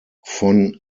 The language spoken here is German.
von